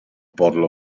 bottle